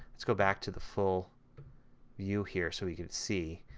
let's go back to the full view here so we can see.